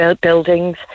buildings